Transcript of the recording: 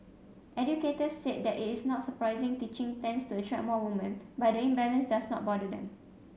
educators said that it is not surprising teaching tends to attract more women but the imbalance does not bother them